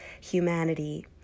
humanity